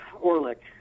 orlick